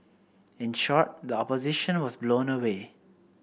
in short the Opposition was blown away